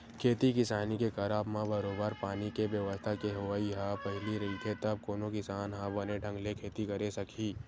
खेती किसानी के करब म बरोबर पानी के बेवस्था के होवई ह पहिली रहिथे तब कोनो किसान ह बने ढंग ले खेती करे सकही